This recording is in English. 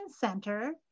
center